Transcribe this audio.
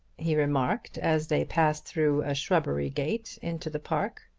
he remarked, as they passed through a shrubbery gate into the park.